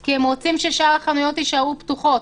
כי הם רוצים ששאר החנויות יישארו פתוחות,